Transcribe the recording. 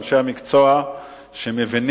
אנשי המקצוע מבינים